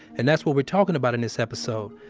and that's what we're talking about in this episode.